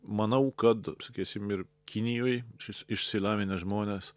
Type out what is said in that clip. manau kad sakysim ir kinijoj šis išsilavinę žmonės